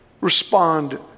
respond